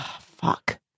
Fuck